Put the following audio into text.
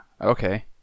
okay